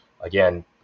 Again